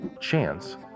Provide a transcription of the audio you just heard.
chance